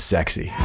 Sexy